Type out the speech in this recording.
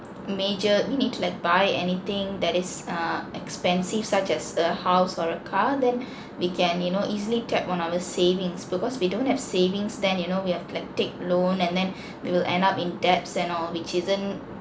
major you need to like buy anything that is uh expensive such as a house or a car then we can you know easily tap on our savings because we don't have saving then you know we have like take loan and then we will end up in debts and all which isn't